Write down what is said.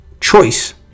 choice